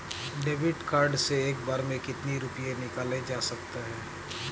David card से एक बार में कितनी रूपए निकाले जा सकता है?